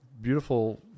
beautiful